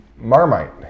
marmite